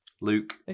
Luke